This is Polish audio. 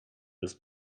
bez